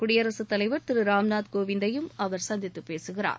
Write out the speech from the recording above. குடியரசு தலைவர் திரு ராம்நாத் கோவிந்த்தையும் அவர் சந்தித்து பேசுகிறார்